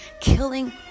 Killing